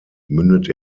mündet